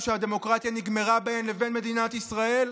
שהדמוקרטיה נגמרה בהם לבין מדינת ישראל?